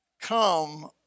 come